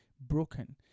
broken